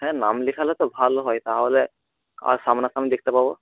হ্যাঁ নাম লেখালে তো ভালো হয় তাহলে আর সামনাসামনি দেখতে পাব